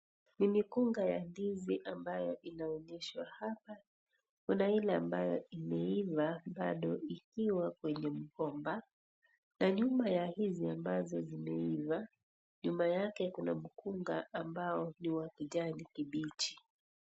Ni mikunga ya ndizi ambayo inaonyeshwa hapa. Una ile ambayo imeiva bado nisiwa kwenye mkomba. Tanyuma ya hizi ambazo inaiwa. Juma yake kuna mkunga ambao diyuwa kujali kibichi.